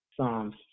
Psalms